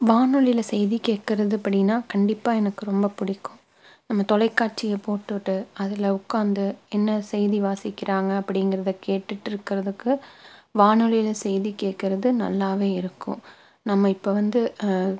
வானொலியில் செய்தி கேட்குறது அப்படின்னா கண்டிப்பாக எனக்கு ரொம்ப பிடிக்கும் நம்ம தொலைக்காட்சியை போட்டுவிட்டு அதில் உட்காந்து என்ன செய்தி வாசிக்கிறாங்க அப்படிங்கறது கேட்டுட்டு இருக்கிறதுக்கு வானொலியில் செய்தி கேட்கிறது நல்லாவே இருக்கும் நம்ம இப்போ வந்து